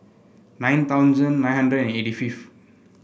nine thousand nine hundred and eighty fifth